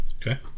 Okay